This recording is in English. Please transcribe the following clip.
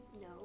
no